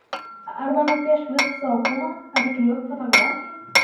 arba nupiešk visą savo kūną ar įklijuok fotografiją